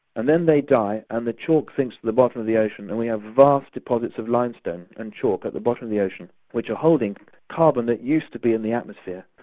and then they die and the chalk sinks to the bottom of the ocean and we have wast deposits of limestone and chalk at the bottom of the ocean which are holding carbon that used to be in the atmosphere.